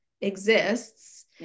exists